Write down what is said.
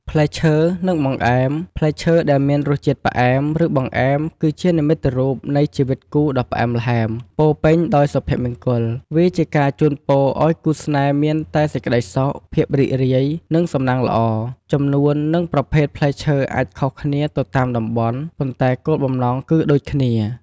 ផ្លែឈើ និងបង្អែម: ផ្លែឈើដែលមានរសជាតិផ្អែម ឬបង្អែម គឺជានិមិត្តរូបនៃ ជីវិតគូដ៏ផ្អែមល្ហែម ពោរពេញដោយសុភមង្គល។ វាជាការជូនពរឲ្យគូស្នេហ៍មានតែសេចក្តីសុខ ភាពរីករាយ និងសំណាងល្អ។ ចំនួន និងប្រភេទផ្លែឈើអាចខុសគ្នាទៅតាមតំបន់ ប៉ុន្តែគោលបំណងគឺដូចគ្នា។